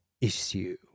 issue